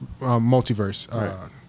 multiverse